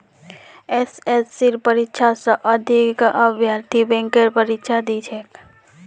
एसएससीर परीक्षा स अधिक अभ्यर्थी बैंकेर परीक्षा दी छेक